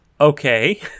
Okay